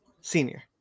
Senior